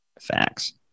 Facts